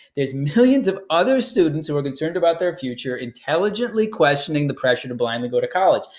there's millions of other students who are concerned about their future, intelligently questioning the pressure to blindly go to college.